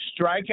strikeout